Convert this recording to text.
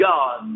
God